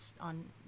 on